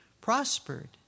prospered